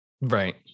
right